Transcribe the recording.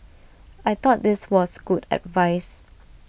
I thought this was good advice